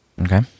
Okay